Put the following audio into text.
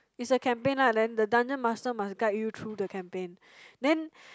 it's a campaign [right] then the dungeon master must guide you through the campaign then